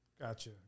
Gotcha